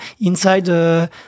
inside